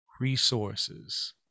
resources